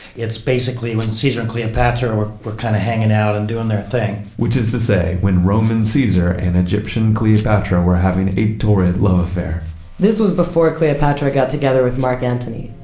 it's basically when caesar and cleopatra were were kind of hanging out and doing their thing which is to say, when roman caesar and egyptian cleopatra were having a torrid love affair this was before cleopatra got together with mark antony.